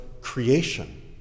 creation